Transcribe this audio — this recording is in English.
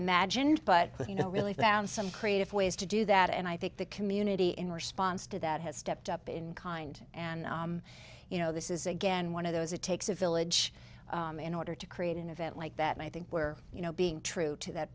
imagined but you know really found some creative ways to do that and i think the community in response to that has stepped up in kind and you know this is again one of those it takes a village in order to create an event like that and i think we're you know being true to that